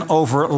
over